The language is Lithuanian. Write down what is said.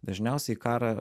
dažniausiai į karą